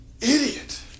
idiot